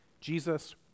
Jesus